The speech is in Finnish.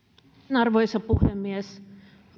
arvoisa puhemies